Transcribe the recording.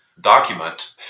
Document